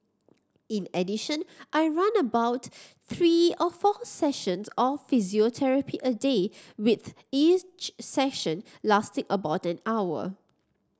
in addition I run about three or four sessions of physiotherapy a day with each session lasting about an hour